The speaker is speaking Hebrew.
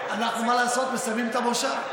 מה לעשות, מסיימים את המושב.